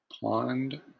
Pond